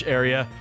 area